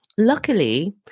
luckily